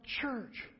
church